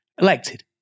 elected